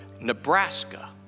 Nebraska